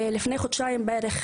לפני חודשיים בערך,